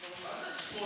ההצעה